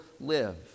live